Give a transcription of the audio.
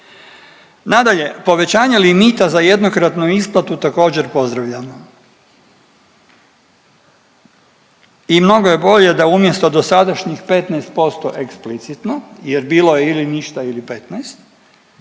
Nadalje, povećanje limita za jednokratnu isplatu također pozdravljamo. I mnogo je bolje da umjesto dosadašnjih 15% eksplicitno, jer bilo je ili ništa ili